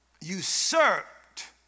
usurped